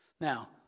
Now